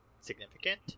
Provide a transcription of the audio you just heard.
significant